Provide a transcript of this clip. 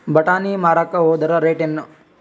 ಬಟಾನಿ ಮಾರಾಕ್ ಹೋದರ ರೇಟೇನು?